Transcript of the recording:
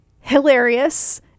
hilarious